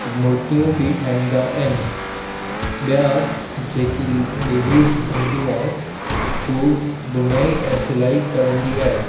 मूर्तियूं बि ठाहींदा आहिनि ॿिया जेकी लेडीस हूंदी आहे हू भुनाई ऐं सिलाई करंदी आहे